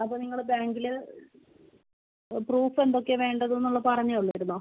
അത് നിങ്ങൾ ബാങ്കില് പ്രൂഫ് എന്തൊക്കെയാണ് വേണ്ടതെന്നുള്ളതു പറഞ്ഞ് തന്നിരുന്നോ